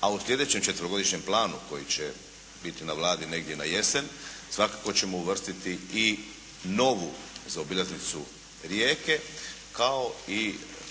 a u slijedećem četverogodišnjem planu koji će biti na Vladi negdje na jesen svakako ćemo uvrstiti i novu zaobilaznicu Rijeke